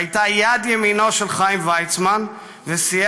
שהייתה יד ימינו של חיים ויצמן וסייעה